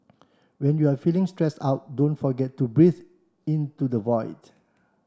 when you are feeling stressed out don't forget to breathe into the void